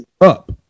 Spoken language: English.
up